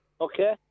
Okay